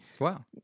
wow